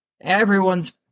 everyone's